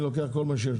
אני לוקח כל מה שיש,